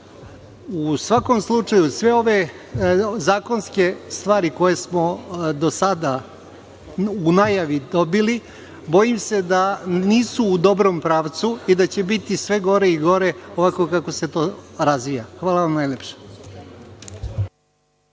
svakom slučaju, sve ove zakonske stvari koje smo do sada u najavi dobili bojim se da nisu u dobrom pravcu i da će biti sve gore i gore ovako kako se to razvija. Hvala vam najlepše.